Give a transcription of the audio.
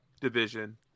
division